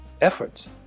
efforts